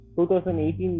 2018